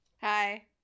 Hi